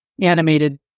animated